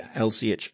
LCH